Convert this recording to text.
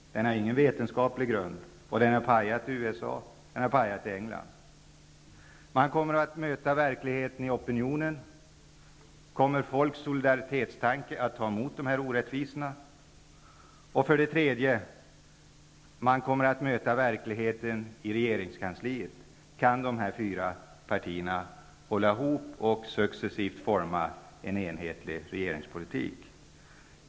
Den har inga vetenskapliga grunder. Den har pajat i USA och i England. Regeringen kommer att möta verkligheten i opinionen. Kommer solidaritetstanken hos människorna att ta emot dessa orättvisor? Regeringen kommer att möta verkligheten i regeringskansliet -- kan dessa fyra partier hålla ihop och successivt forma en enhetlig regeringspolitik?